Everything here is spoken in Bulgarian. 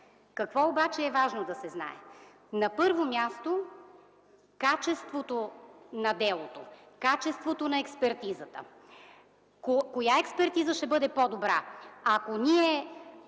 Какво обаче е важно да се знае? На първо място, качеството на делото, качеството на експертизата. Коя експертиза ще бъде по-добра, ако в